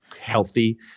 healthy